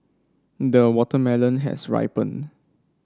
the watermelon has ripened